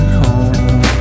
home